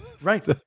Right